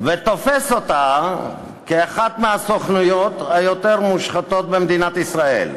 ותופס אותה כאחת מהסוכנויות היותר-מושחתות במדינת ישראל.